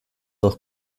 dos